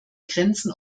grenzen